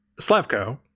Slavko